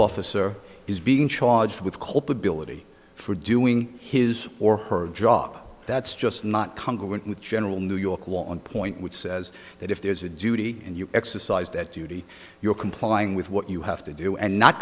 officer is being charged with culpability for doing his or her job that's just not congregant with general new york law on point which says that if there's a duty and you exercise that duty you're complying with what you have to do and not